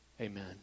Amen